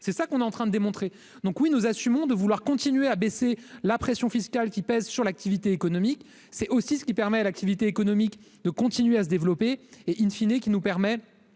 c'est ça qu'on est en train de démontrer, donc oui, nous assumons de vouloir continuer à baisser la pression fiscale qui pèse sur l'activité économique, c'est aussi ce qui permet à l'activité économique de continuer à se développer et, in fine, et qui nous permet